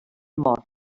mor